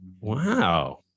Wow